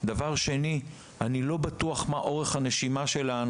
2. אני לא בטוח לגבי אורך הנשימה של אותם